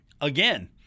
again